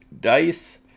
dice